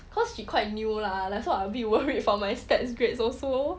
cause she quite new lah so like I a bit worried for my stats grades also